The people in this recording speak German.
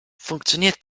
funktioniert